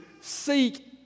Seek